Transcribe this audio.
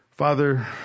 Father